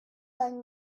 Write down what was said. and